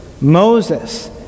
Moses